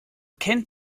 kennt